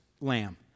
lamb